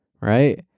right